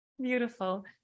Beautiful